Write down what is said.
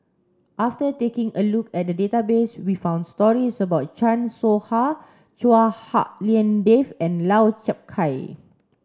after taking a look at the database we found stories about Chan Soh Ha Chua Hak Lien Dave and Lau Chiap Khai